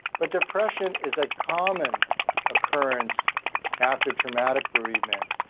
but depression is a common occurrence after traumatic bereavement.